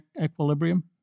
equilibrium